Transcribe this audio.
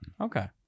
Okay